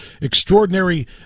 extraordinary